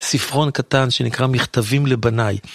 ספרון קטן שנקרא מכתבים לבניי